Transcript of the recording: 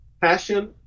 Passion